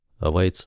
awaits